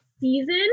season